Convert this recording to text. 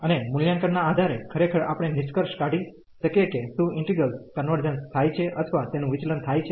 અને મૂલ્યાંકન ના આધારે ખરેખર આપણે નિષ્કર્ષ કાઢી શકીએ કે શું ઈન્ટિગ્રેલ્સ કન્વર્જન્સ થાય છે અથવા તેનું વિચલન થાય છે